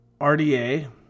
RDA